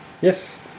Yes